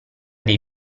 dei